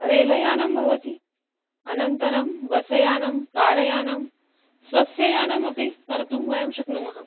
rail यानं भवति अनन्तरं बस यानं कार यानं स्वस्ययानमपि कर्तुं वयं शक्नुमः